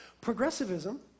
Progressivism